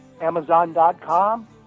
Amazon.com